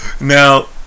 Now